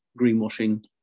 greenwashing